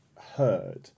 heard